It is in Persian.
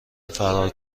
فرار